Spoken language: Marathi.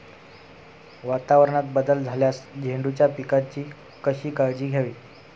वातावरणात बदल झाल्यास झेंडूच्या पिकाची कशी काळजी घ्यावी?